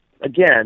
again